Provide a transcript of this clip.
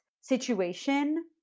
situation